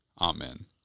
Amen